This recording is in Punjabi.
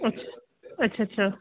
ਅੱਛ ਅੱਛਾ ਅੱਛਾ